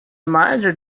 major